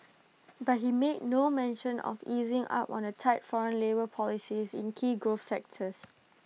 but he made no mention of easing up on A tight foreign labour policies in key growth sectors